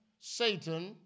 Satan